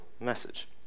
message